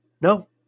No